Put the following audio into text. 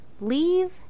leave